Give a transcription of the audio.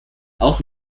auch